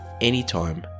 anytime